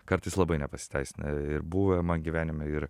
kartais labai nepasiteisina ir buvę man gyvenime ir